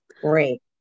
Great